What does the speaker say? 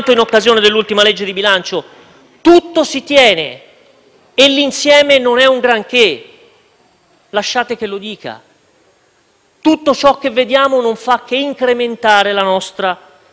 Lasciate che lo dica. Tutto ciò che vediamo non fa che incrementare la nostra preoccupazione. Vorrei concludere dicendo anzitutto che non sentivamo la necessità di